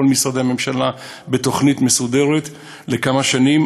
משרדי הממשלה בתוכנית מסודרת לכמה שנים,